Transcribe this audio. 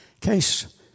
case